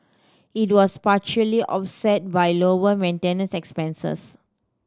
it was partially offset by lower maintenance expenses